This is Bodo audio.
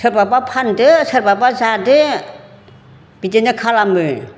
सोरबाबा फानदो सोरबाबा जादो बिदिनो खालामो